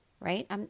right